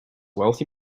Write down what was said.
wealthy